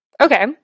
Okay